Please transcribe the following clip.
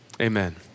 Amen